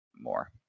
more